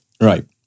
Right